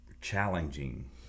challenging